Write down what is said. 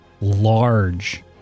Large